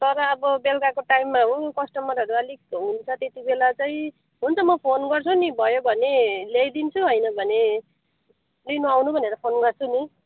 तर अब बेलुकाको टाइम हो कस्टमरहरू अलिक हुन्छ त्यति बेला चाहिँ हुन्छ म फोन गर्छु नि भयो भने ल्याइदिन्छु होइन भने लिन आउनु भनेर फोन गर्छु नि